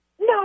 No